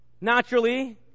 naturally